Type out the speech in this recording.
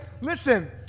Listen